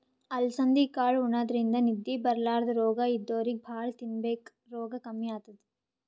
ಅಲಸಂದಿ ಕಾಳ್ ಉಣಾದ್ರಿನ್ದ ನಿದ್ದಿ ಬರ್ಲಾದ್ ರೋಗ್ ಇದ್ದೋರಿಗ್ ಭಾಳ್ ತಿನ್ಬೇಕ್ ರೋಗ್ ಕಮ್ಮಿ ಆತದ್